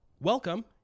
Welcome